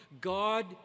God